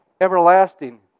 everlasting